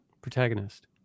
protagonist